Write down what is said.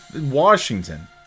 Washington